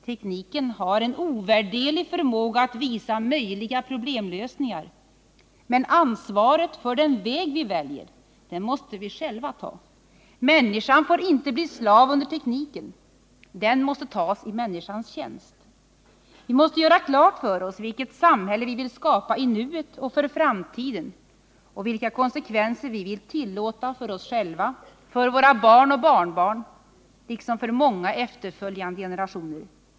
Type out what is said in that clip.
Tekniken har en ovärderlig förmåga att visa möjliga problemlösningar. Men ansvaret för den väg vi väljer måste vi själva ta. Människan får inte bli slav under tekniken — den måste tas i människans tjänst. Vi måste göra klart för oss vilket samhälle vi vill skapa i nuet och för framtiden och vilka konsekvenser vi vill tillåta för oss själva, för båra barn och barnbarn, liksom för många efterföljande generationer.